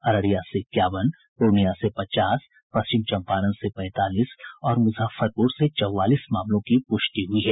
अररिया से इक्यावन पूर्णिया से पचास पश्चिम चंपारण से पैंतालीस और मुजफ्फरपुर से चौवालीस मामलों की पुष्टि हुई है